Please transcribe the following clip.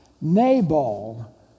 Nabal